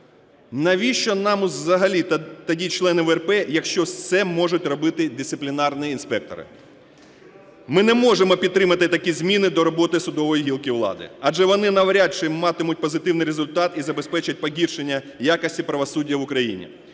Навіть там взагалі тоді члени ВРП, якщо все можуть робити дисциплінарні інспектори? Ми не можемо підтримати такі зміни до роботи судової гілки влади, адже вони навряд чи матимуть позитивний результат і забезпечать погіршення якості правосуддя в Україні.